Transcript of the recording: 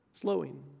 slowing